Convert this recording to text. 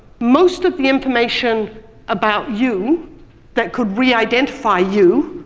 most of the information about you that could reidentify you,